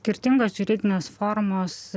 skirtingos juridinės formos